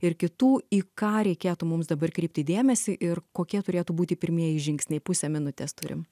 ir kitų į ką reikėtų mums dabar kreipti dėmesį ir kokie turėtų būti pirmieji žingsniai pusę minutės turim